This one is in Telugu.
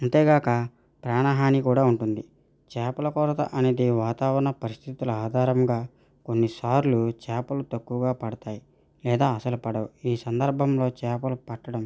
అంతేగాక ప్రాణహాని కూడా ఉంటుంది చేపల కొరత అనేది వాతావరణ పరిస్థితుల ఆధారంగా కొన్నిసార్లు చేపలు తక్కువగా పడతాయి లేదా అసలు పడవు ఈ సందర్భంలో చేపలు పట్టడం